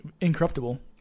incorruptible